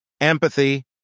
empathy